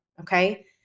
okay